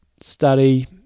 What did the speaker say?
study